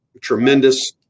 tremendous